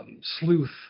sleuth